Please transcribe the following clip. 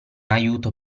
aiuto